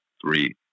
three